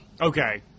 Okay